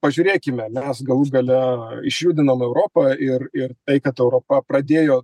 pažiūrėkime mes galų gale išjudinom europą ir ir tai kad europa pradėjo